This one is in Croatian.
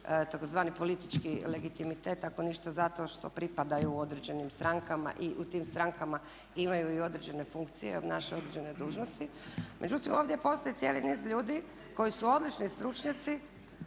tzv. politički legitimitet ako ništa zato što pripadaju određenim strankama i u tim strankama imaju i određene funkcije i obnašaju određene dužnosti. Međutim, ovdje postoji cijeli niz ljudi koji su odlični stručnjaci